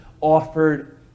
offered